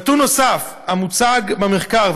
נתון נוסף המוצג במחקר,